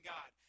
God